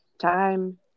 time